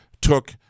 took